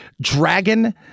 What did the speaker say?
dragon